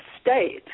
state